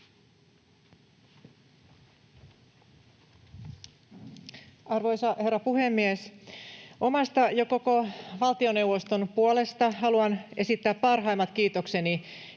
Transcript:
Arvoisa herra puhemies! Omasta ja koko valtioneuvoston puolesta haluan esittää parhaimmat kiitokseni